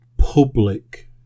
public